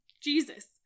Jesus